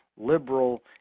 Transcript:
liberal